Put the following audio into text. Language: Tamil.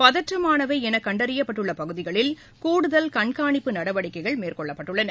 பதற்றமானவை என கண்டறியப்பட்டுள்ள பகுதிகளில் கூடுதல் கண்காணிப்பு நடவடிக்கைகள் மேற்கொள்ளப்பட்டுள்ளன